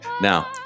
Now